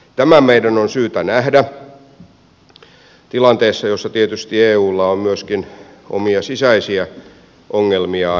tämä meidän on syytä nähdä tilanteessa jossa tietysti eulla on myöskin omia sisäisiä ongelmiaan